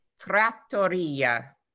trattoria